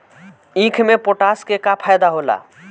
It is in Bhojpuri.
ईख मे पोटास के का फायदा होला?